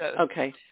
okay